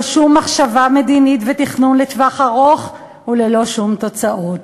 שום מחשבה מדינית ותכנון לטווח ארוך וללא שום תוצאות.